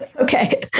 Okay